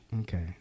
Okay